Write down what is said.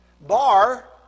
Bar